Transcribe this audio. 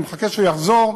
אני מחכה שהוא יחזור,